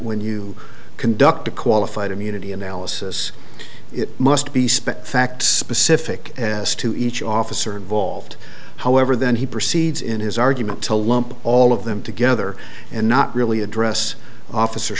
when you conduct a qualified immunity analysis it must be spent fact specific as to each officer involved however then he proceeds in his argument to lump all of them together and not really address officer